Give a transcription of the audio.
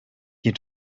you